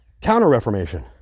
counter-reformation